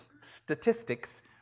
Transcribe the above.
Statistics